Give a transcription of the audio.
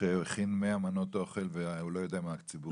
שהכין 100 מנות והוא לא יודע מה הציבור יחליט?